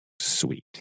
Sweet